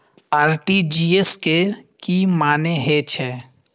RTGS के की मानें हे छे?